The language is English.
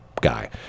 guy